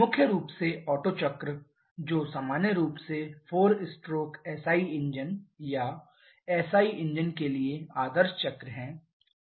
मुख्य रूप से ओटो चक्र जो सामान्य रूप से 4 स्ट्रोक एसआई इंजन या एसआई इंजन के लिए आदर्श चक्र है